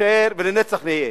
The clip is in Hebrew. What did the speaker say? נישאר ולנצח נהיה.